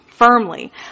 Firmly